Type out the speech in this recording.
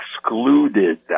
excluded